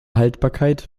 haltbarkeit